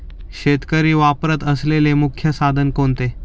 शेतकरी वापरत असलेले मुख्य साधन कोणते?